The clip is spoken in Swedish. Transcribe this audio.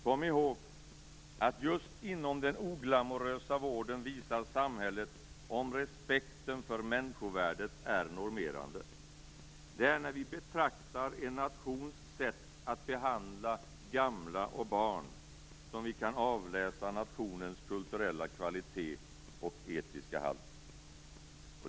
Kom ihåg att just inom den oglamorösa vården visar samhället om respekten för människovärdet är normerande! Det är när vi betraktar en nations sätt att behandla gamla och barn som vi kan avläsa nationens kulturella kvalitet och etiska halt.